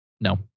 No